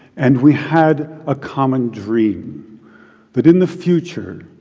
and we had a common dream that in the future,